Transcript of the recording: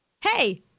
Hey